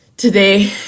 Today